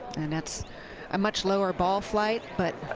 and that's a much lower ball flight, but